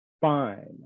fine